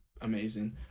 amazing